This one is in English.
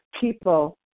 people